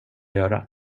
göra